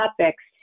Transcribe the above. topics